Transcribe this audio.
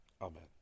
Amen